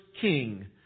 king